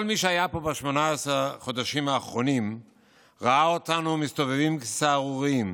כל מי שהיה פה ב-18 החודשים האחרונים ראה אותנו מסתובבים כסהרוריים,